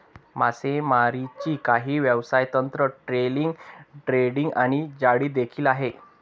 मासेमारीची काही व्यवसाय तंत्र, ट्रोलिंग, ड्रॅगिंग आणि जाळी देखील आहे